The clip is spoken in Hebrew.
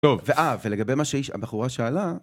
טוב, ואה, ולגבי מה שהבחורה שאלה...